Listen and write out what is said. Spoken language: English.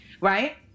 right